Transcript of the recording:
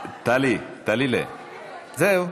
טלי, טלי'לה, זהו.